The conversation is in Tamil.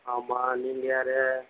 ஆமாம் நீங்கள் யார்